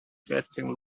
getting